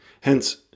Hence